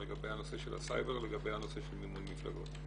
בין הנושא של הסייבר ובין הנושא של מימון מפלגות.